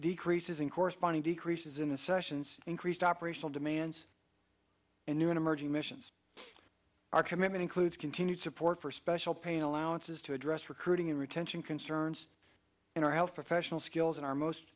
decreases in corresponding decreases in the sessions increased operational demands and new emerging missions our commitment includes continued support for special pain allowances to address recruiting and retention concerns in our health professional skills and our most